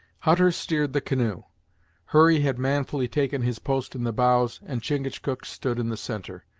hutter steered the canoe hurry had manfully taken his post in the bows, and chingachgook stood in the centre.